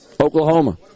Oklahoma